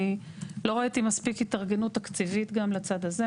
אני לא ראיתי מספיק התארגנות תקציבית גם לצד הזה.